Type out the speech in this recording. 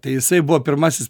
tai jisai buvo pirmasis